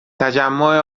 تجمع